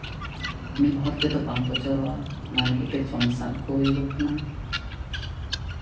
ᱢᱤᱫ ᱦᱚᱲ ᱛᱮᱫᱚ ᱵᱟᱝ ᱯᱚᱪᱚᱨᱚᱜᱼᱟ ᱚᱱᱟ ᱞᱟᱹᱜᱤᱫ ᱛᱮ ᱡᱚᱱ ᱥᱟᱵ ᱠᱚ ᱦᱩᱭᱩᱜ ᱠᱟᱱᱟ